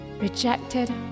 rejected